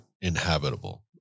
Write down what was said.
inhabitable